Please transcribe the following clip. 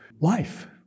life